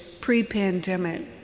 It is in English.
pre-pandemic